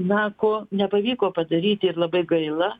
na ko nepavyko padaryti ir labai gaila